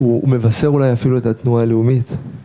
‫הוא מבשר אולי אפילו ‫את התנועה הלאומית.